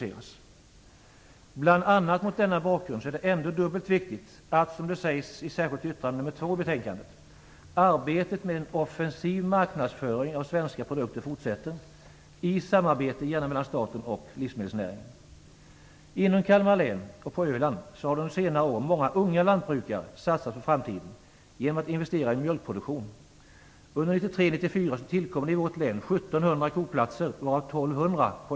Mot bl.a. denna bakgrund är det dubbelt viktigt att arbetet med en offensiv marknadsföring av svenska produkter fortsätter i samarbete mellan staten och livsmedelsnäringen, som det står i det särskilda yttrandet, nr 2, i betänkandet. Inom Kalmar län och på Öland har under senare år många unga lantbrukare satsat på framtiden genom att investera i mjölkproduktion. Under 1993 och 1994 Öland.